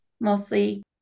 mostly